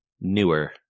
newer